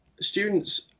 students